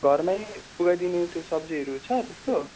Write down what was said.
घरमै पुऱ्याइदिने त्यो सब्जीहरू छ त्यस्तो